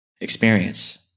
experience